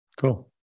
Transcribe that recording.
Cool